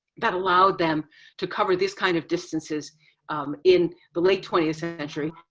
that allowed them to cover this kind of distances in the late twentieth century.